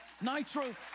Nitro